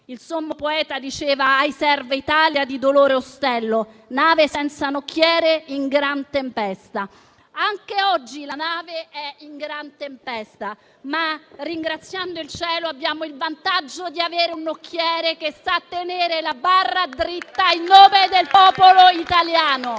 Il sommo poeta diceva: «Ahi serva Italia, di dolore ostello, nave senza nocchiere in gran tempesta». Anche oggi la nave è in gran tempesta, ma ringraziando il cielo abbiamo il vantaggio di avere un nocchiere che sa tenere la barra dritta in nome del popolo italiano.